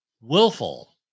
willful